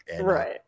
right